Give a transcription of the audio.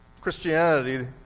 Christianity